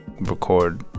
record